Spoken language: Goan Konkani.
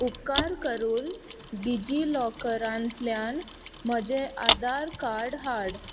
उपकार करून डिजिलॉकरांतल्यान म्हजें आदार कार्ड हाड